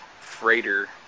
freighter